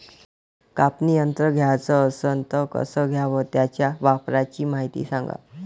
कापनी यंत्र घ्याचं असन त कस घ्याव? त्याच्या वापराची मायती सांगा